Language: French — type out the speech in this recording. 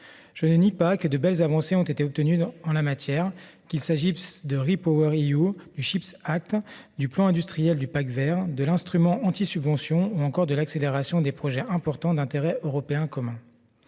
Je ne nie pas que de belles avancées aient été obtenues en la matière, qu'il s'agisse de plan RePowerEU, du, du plan industriel du Pacte vert, de l'instrument anti-subvention ou encore de l'accélération des projets importants d'intérêt européen commun